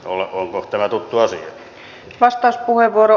onko tämä tuttu asia